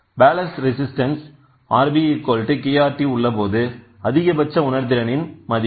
ballast resistance R bkR tஉள்ளபோது அதிகபட்ச உணர்திறனின் இன் மதிப்பு